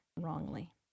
wrongly